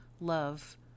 love